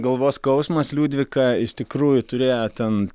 galvos skausmas liudvika iš tikrųjų turėjo ten